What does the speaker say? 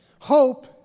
Hope